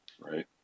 right